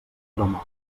remou